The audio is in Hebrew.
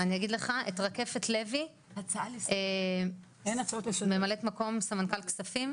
את רקפת לוי ממלאת מקום סמנכ"ל כספים,